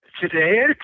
Today